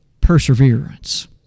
perseverance